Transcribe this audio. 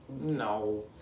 No